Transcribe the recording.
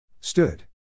Stood